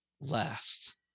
last